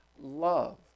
love